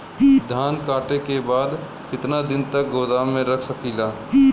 धान कांटेके बाद कितना दिन तक गोदाम में रख सकीला?